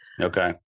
Okay